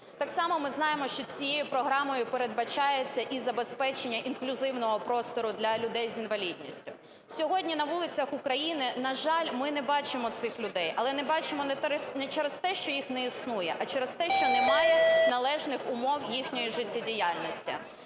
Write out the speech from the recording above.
Так само ми знаємо, що цією програмою передбачається і забезпечення інклюзивного простору для людей з інвалідністю. Сьогодні на вулицях України ми, на жаль, не бачимо цих людей. Але не бачимо не через те, що їх не існує, а через те, що немає належних умов їхньої життєдіяльності.